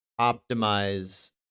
optimize